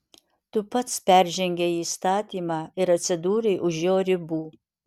tu pats peržengei įstatymą ir atsidūrei už jo ribų